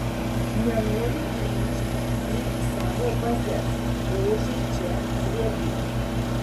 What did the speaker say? nenori grįžt į savo bazes košė čia riebi